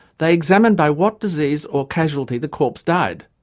they examine by what disease or casualty the corpse died.